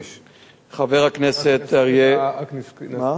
חבר הכנסת אריה, רק נזכיר את, מה?